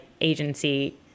agency